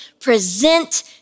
present